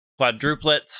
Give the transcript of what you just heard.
quadruplets